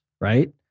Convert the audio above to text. right